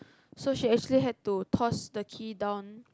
so she actually had to toss the key down